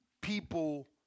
people